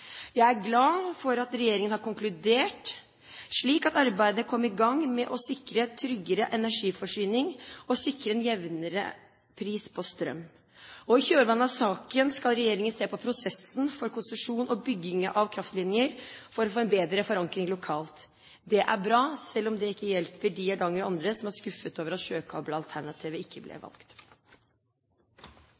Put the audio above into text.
Jeg er glad for at regjeringen har konkludert, slik at arbeidet kom i gang med å sikre tryggere energiforsyning og en jevnere pris på strøm. I kjølvannet av saken skal regjeringen se på prosessen for konsesjon og bygging av kraftlinjer for å få en bedre forankring lokalt. Det er bra, selv om det ikke hjelper de i Hardanger og andre som er skuffet over at sjøkabelalternativet ikke ble valgt.